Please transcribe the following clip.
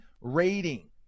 rating